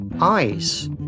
eyes